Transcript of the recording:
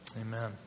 Amen